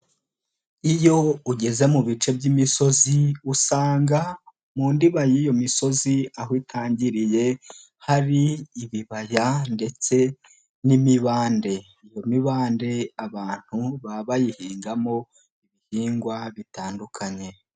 Iyo ugeze mu bice by'imisozi, usanga mu ndiba y'iyo misozi aho itangiriye, hari ibibaya ndetse n'imibande, iyo mibande abantu baba bayihingamo ibihingwa bitandukanye.